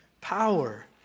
power